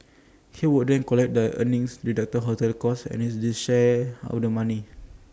he would then collect their earnings deduct hotel costs and his share of the money